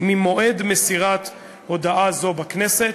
ממועד מסירת הודעה זו בכנסת,